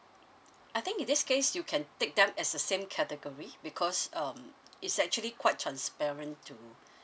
I think in this case you can take them as a same category because um it's actually quite transparent to